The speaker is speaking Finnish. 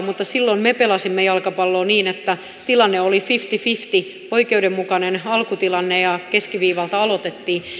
mutta silloin me pelasimme jalkapalloa niin että tilanne oli fifty fifty oikeudenmukainen alkutilanne ja keskiviivalta aloitettiin